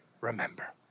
remember